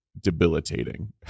debilitating